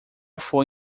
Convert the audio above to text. foi